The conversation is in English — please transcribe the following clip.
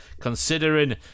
considering